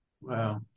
Wow